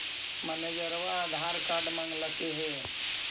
मैनेजरवा आधार कार्ड मगलके हे?